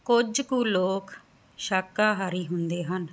ਕੁਝ ਕੁ ਲੋਕ ਸ਼ਾਕਾਹਾਰੀ ਹੁੰਦੇ ਹਨ